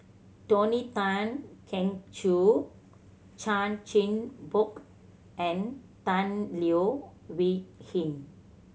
Tony Tan Keng Joo Chan Chin Bock and Tan Leo Wee Hin